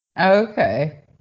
Okay